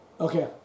Okay